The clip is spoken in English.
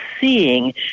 seeing